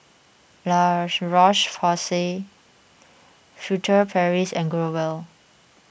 La Roche Furtere Paris and Growell